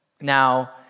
Now